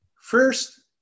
First